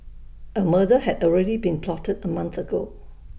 A murder had already been plotted A month ago